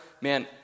Man